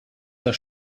der